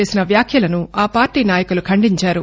చేసిన వ్యాఖ్యలను ఆ పార్టీ నాయకులు ఖండించారు